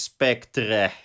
Spectre